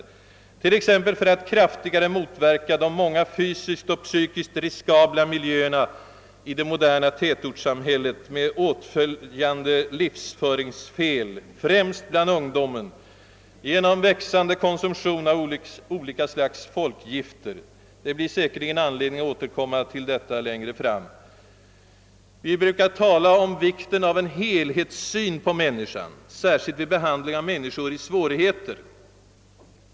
Genom en väsentligt ökad satsning på friluftslivet skulle man kunna kraftigare motverka de många fysiskt och psykiskt riskabla miljöerna i det moderna tätortssamhället med åtföljande livsföringsfel, främst bland ungdomen, bl.a. via växande konsumtion av olika slags folkgifter. Det blir säkerligen anledning att återkomma till frågan om ungdomens giftmissbruk längre fram. Vi brukar tala om vikten av en helhetssyn på människan, särskilt vid behandling av människor i svårigheter.